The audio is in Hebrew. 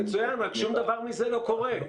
מצוין אבל שום דבר מזה לא קורה.